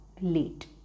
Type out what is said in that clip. late